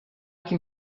can